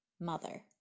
MOTHER